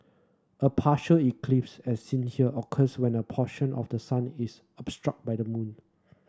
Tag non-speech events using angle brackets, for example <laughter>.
a partial eclipse as seen here occurs when a portion of the sun is <unintelligible> by the moon